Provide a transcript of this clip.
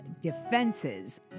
defenses